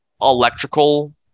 electrical